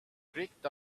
creaked